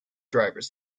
drivers